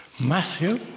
Matthew